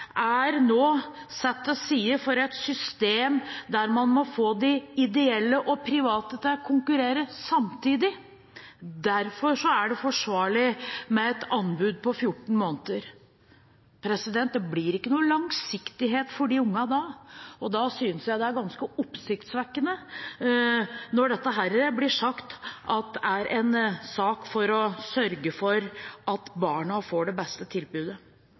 er nå satt til side for et system der man må få de ideelle og private til å konkurrere samtidig. Derfor er det forsvarlig med et anbud på 14 måneder. Det blir ikke noen langsiktighet for de ungene da. Da synes jeg det er ganske oppsiktsvekkende når det blir sagt at dette er en sak for å sørge for at barna får det beste tilbudet.